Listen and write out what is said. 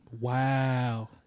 Wow